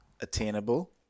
attainable